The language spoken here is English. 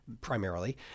primarily